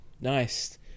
Nice